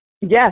Yes